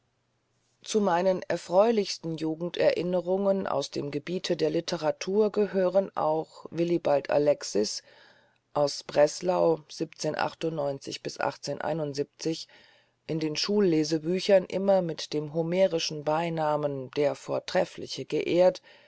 zu meinen erfreulichsten jugenderinnerungen aus dem gebiete der literatur gehören auch willibald alexis aus breslau in den schullesebüchern immer mit dem homerischen beinamen der vortreffliche geehrt